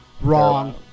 Wrong